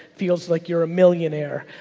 feels like you're a millionaire.